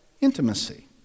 intimacy